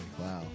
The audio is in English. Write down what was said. Wow